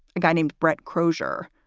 a guy named brett crozier,